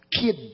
kid